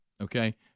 okay